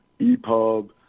EPUB